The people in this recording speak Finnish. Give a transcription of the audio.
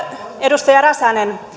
edustaja räsänen